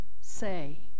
say